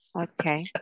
Okay